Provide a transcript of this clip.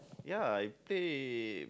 ya I paid